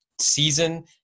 season